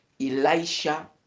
Elisha